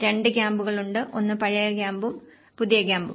രണ്ട് ക്യാമ്പുകളുണ്ട് ഒന്ന് പഴയ ക്യാമ്പും പുതിയ ക്യാമ്പും